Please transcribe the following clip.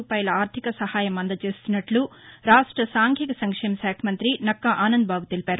రూపాయల ఆర్ధిక సహాయం అందచేస్తున్నట్లు రాష్ట సాంఘిక సంక్షేమ శాఖామంత్రి నక్కా ఆనంద బాబు తెలిపారు